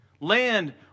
Land